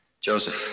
Joseph